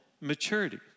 maturity